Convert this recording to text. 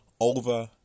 over